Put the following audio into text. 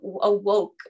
awoke